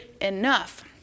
enough